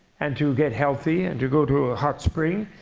and to get healthy, and to go to a hot spring,